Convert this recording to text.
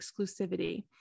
exclusivity